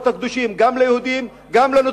קבלני שיפוצים גדולים אתם.